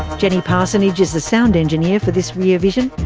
jenny parsonage is the sound engineer for this rear vision.